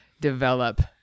develop